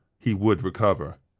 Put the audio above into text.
he would recover.